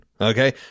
okay